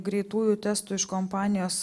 greitųjų testų iš kompanijos